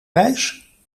reis